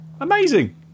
Amazing